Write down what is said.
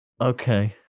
Okay